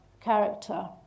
character